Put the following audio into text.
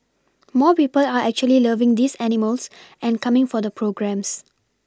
more people are actually loving these animals and coming for the programmes